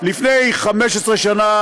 לפני 15 שנה